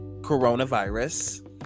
coronavirus